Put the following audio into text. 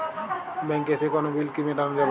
ব্যাংকে এসে কোনো বিল কি মেটানো যাবে?